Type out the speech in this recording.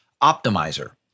optimizer